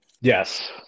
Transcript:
Yes